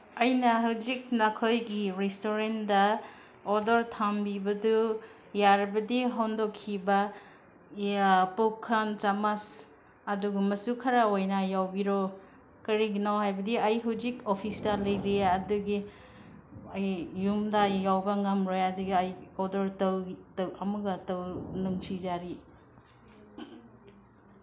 ꯑꯩꯅ ꯍꯧꯖꯤꯛ ꯅꯈꯣꯏꯒꯤ ꯔꯤꯁꯇꯨꯔꯦꯟꯗ ꯑꯣꯗꯔ ꯊꯝꯕꯤꯕꯗꯨ ꯌꯥꯔꯕꯗꯤ ꯍꯟꯗꯣꯛꯈꯤꯕ ꯄꯨꯈꯝ ꯆꯥꯃꯁ ꯑꯗꯨꯒꯨꯝꯕꯁꯨ ꯈꯔ ꯑꯣꯏꯅ ꯌꯥꯎꯕꯤꯔꯛꯑꯣ ꯀꯔꯤꯒꯤꯅꯣ ꯍꯥꯏꯕꯗꯤ ꯑꯩ ꯍꯧꯖꯤꯛ ꯑꯣꯐꯤꯁꯇ ꯂꯩꯔꯤꯌꯦ ꯑꯗꯨꯒꯤ ꯑꯩ ꯌꯨꯝꯗ ꯌꯧꯕ ꯉꯝꯔꯣꯏ ꯑꯗꯨꯒ ꯑꯩꯒꯤ ꯑꯣꯗꯔ ꯑꯃꯨꯛꯀ ꯅꯨꯡꯁꯤꯖꯔꯤ